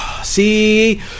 See